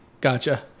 Gotcha